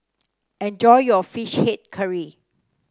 enjoy your fish head curry